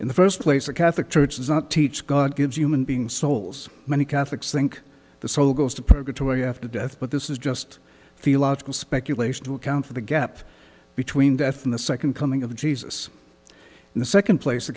in the first place the catholic church does not teach god gives human being souls many catholics think the soul goes to purgatory after death but this is just feel logical speculation to account for the gap between death and the second coming of jesus in the second place the